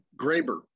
Graber